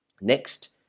Next